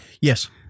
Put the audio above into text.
Yes